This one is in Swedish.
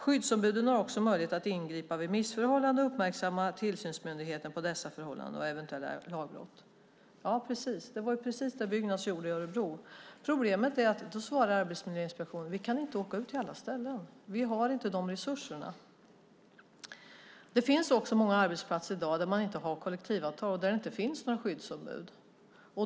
Skyddsombuden har också möjlighet att ingripa vid missförhållanden och uppmärksamma tillsynsmyndigheten på dessa förhållanden och eventuella lagbrott." Det var precis det Byggnads gjorde i Örebro. Problemet är att Arbetsmiljöinspektionen då svarar: Vi kan inte åka ut till alla ställen. Vi har inte de resurserna. Det finns också många arbetsplatser i dag där man inte har kollektivavtal, där det inte finns några skyddsombud.